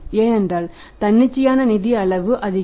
ஏனென்றால் தன்னிச்சையான நிதி அளவு அதிகம்